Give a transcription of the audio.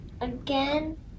Again